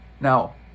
Now